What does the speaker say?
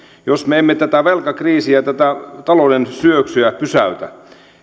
jos me emme tätä velkakriisiä tätä talouden syöksyä pysäytä